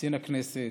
קצין הכנסת,